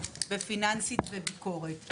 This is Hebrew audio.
בפיננסית ובביקורת.